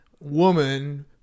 woman